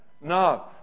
No